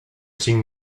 cinc